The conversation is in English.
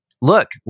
Look